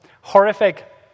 horrific